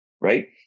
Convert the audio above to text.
Right